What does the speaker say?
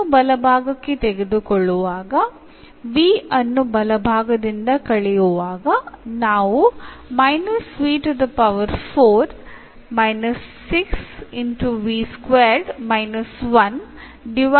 ಇದನ್ನು ಬಲಭಾಗಕ್ಕೆ ತೆಗೆದುಕೊಳ್ಳುವಾಗ v ಅನ್ನು ಬಲಭಾಗದಿಂದ ಕಳೆಯುವಾಗ ನಾವು ಅನ್ನು ಪಡೆಯುತ್ತೇವೆ